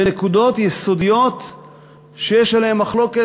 בנקודות יסודיות שיש עליהן מחלוקת,